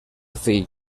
fill